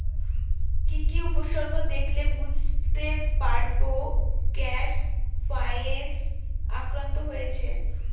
কি কি উপসর্গ দেখলে বুঝতে পারব গ্যাল ফ্লাইয়ের আক্রমণ হয়েছে?